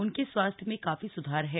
उनके स्वास्थ्य में काफी स्धार है